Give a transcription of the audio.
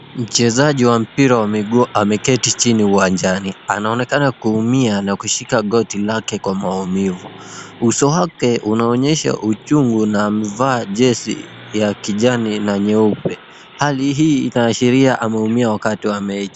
Mchezaji wa mpira miguu ameketi chini uwanjani. Anaonekana kuumia na kushika goti lake kwa maumivu. Uso wake unaonyesha uchungu na amevaa jezi ya kijani na nyeupe. Hali hii inaashiria ameumia wakati wa mechi.